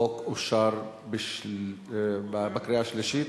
החוק אושר בקריאה השלישית